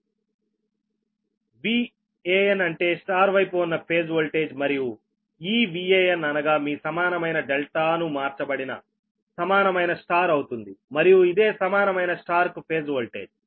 VAnఅంటే Y వైపు ఉన్న phase voltage మరియు ఈ Van అనగా మీ సమానమైన ∆ ను మార్చబడిన సమానమైన Y అవుతుంది మరియు ఇదే సమానమైన Y కు ఫేజ్ వోల్టేజ్